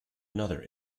another